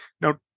Now